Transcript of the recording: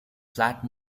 flat